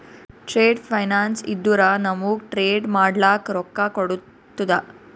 trade finance ಇದ್ದುರ ನಮೂಗ್ trade ಮಾಡ್ಲಕ ರೊಕ್ಕಾ ಕೋಡ್ತುದ